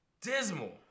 Dismal